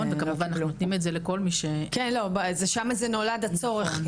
וכמובן אנחנו נותנים את זה לכל מי --- כן אבל שם נולד הצורך,